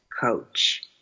coach